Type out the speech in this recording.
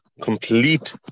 Complete